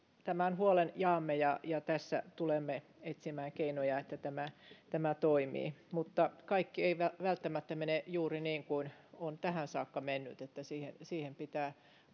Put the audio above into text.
tämän huolen jaamme ja ja tulemme etsimään keinoja että tämä tämä toimii kaikki ei välttämättä mene juuri niin kuin on tähän saakka mennyt siihen siihen pitää